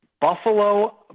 Buffalo